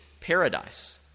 paradise